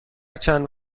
چند